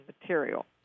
material